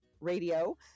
Radio